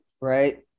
Right